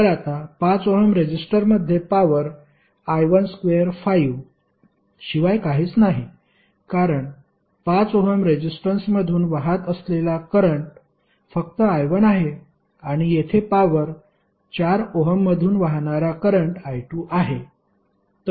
तर आता 5 ओहम रेझिस्टरमध्ये पॉवर I12 शिवाय काहीच नाही कारण 5 ओहम रेझिस्टन्समधून वाहत असलेला करंट फक्त I1 आहे आणि येथे पॉवर 4 ओहममधून वाहणारा करंट I2 आहे